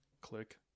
Click